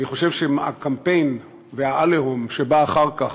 אני חושב שהקמפיין וה"עליהום" שבא אחר כך,